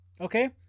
Okay